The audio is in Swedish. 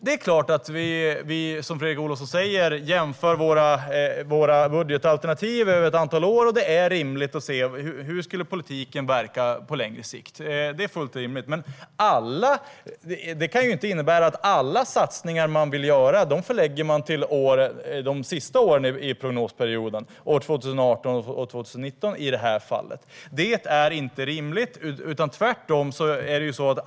Det är klart att vi, som Fredrik Olovsson säger, jämför våra budgetalternativ över ett antal år. Det är fullt rimligt att titta på hur politik skulle verka på längre sikt. Men det kan inte innebära att alla satsningar man vill göra förläggs till de sista åren i prognosperioden, år 2018 och 2019 i det här fallet. Det är inte rimligt.